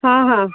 ହଁ ହଁ